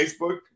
Facebook